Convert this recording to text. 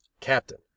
Captain